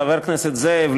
חבר הכנסת זאב,